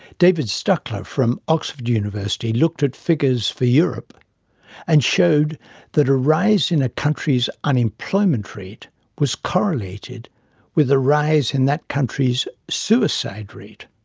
david stuckler from oxford university looked at figures for europe and showed that a rise in a country's unemployment rate was correlated with a rise in that country's suicide rate.